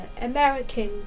American